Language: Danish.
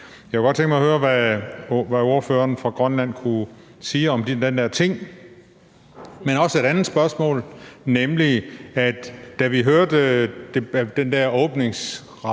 Jeg kunne godt tænke mig at høre, hvad ordføreren fra Grønland kunne sige om den der ting. Men der er også et andet spørgsmål, nemlig at da vi hørte den der debat